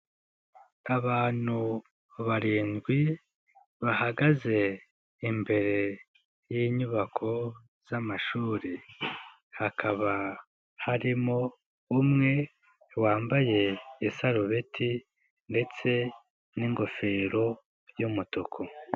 Abantu barindwi, bahagaze imbere y'inyubako z'amashuri, hakaba harimo umwe wambaye isarobeti ndetse n'ingofero y'umutuku.